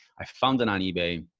i found it on ebay.